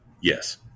Yes